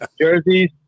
jerseys